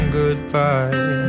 goodbye